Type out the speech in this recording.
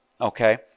okay